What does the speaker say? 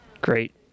great